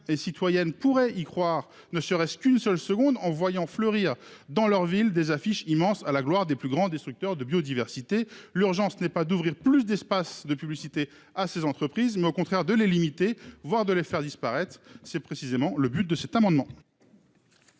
et citoyennes pourrait y croire, ne serait-ce qu'une seule seconde en voyant fleurir dans leur ville des affiches immenses à la gloire des plus grands destructeurs de biodiversité. L'urgence n'est pas d'ouvrir plus d'espaces de publicité à ces entreprises, mais au contraire de les limiter, voire de les faire disparaître. C'est précisément le but de cet amendement.